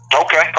Okay